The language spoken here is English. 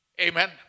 Amen